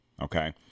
okay